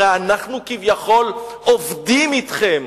הרי אנחנו כביכול עובדים אתכם.